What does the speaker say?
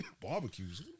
barbecues